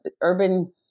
urban